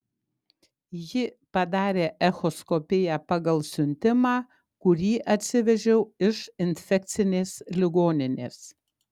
ji padarė echoskopiją pagal siuntimą kurį atsivežiau iš infekcinės ligoninės